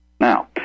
Now